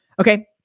okay